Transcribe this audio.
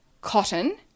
cotton